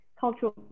cultural